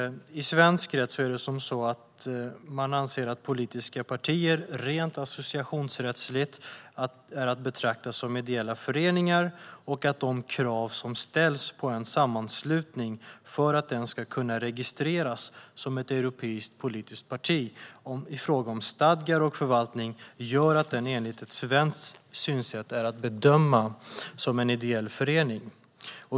I svensk rätt anser man att politiska partier rent associationsrättsligt är att betrakta som ideella föreningar. De krav som ställs på en sammanslutning för att den ska kunna registreras som ett europeiskt politiskt parti i fråga om stadgar och förvaltning gör att den enligt ett svenskt synsätt är att bedöma som en ideell förening.